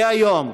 יהיה היום,